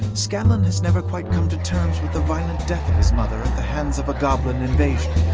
scanlan has never quite come to terms with the violent death of his mother at the hands of a goblin invasion.